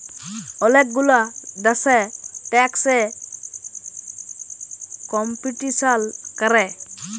ওলেক গুলা দ্যাশে ট্যাক্স এ কম্পিটিশাল ক্যরে